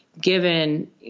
given